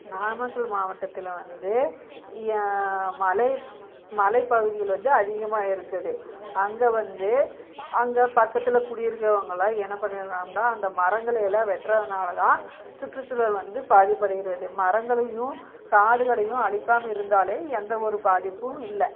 நாமக்கல் மாவட்டத்தில் வந்து ஏ மலை மலைப்பகுதிகள் வந்து அதிகமாக இருக்குது அங்கே வந்து அங்கே பக்கத்தில் குடியிருக்கிறவங்க எல்லாம் என்ன பண்ணிடறாங்கன்னா அந்த மரங்களை எல்லாம் வெட்டுறதுனால தான் சுற்றுச்சூழல் வந்து பாதிப்படைகிறது மரங்களையும் காடுகளையும் அழிக்காமல் இருந்தாலே எந்த ஒரு பாதிப்பும் இல்லை